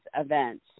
events